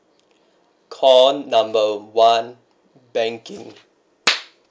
call number one banking